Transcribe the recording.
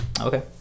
Okay